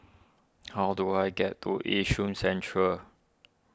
how do I get to Yishun Central